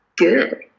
good